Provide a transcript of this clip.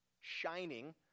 shining